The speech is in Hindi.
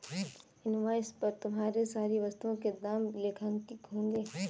इन्वॉइस पर तुम्हारे सारी वस्तुओं के दाम लेखांकित होंगे